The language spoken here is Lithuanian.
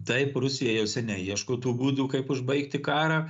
taip rusija jau seniai ieško tų būdų kaip užbaigti karą